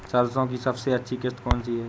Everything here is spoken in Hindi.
सरसो की सबसे अच्छी किश्त कौन सी है?